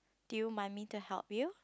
do you mind me to help you